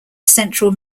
central